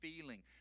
feeling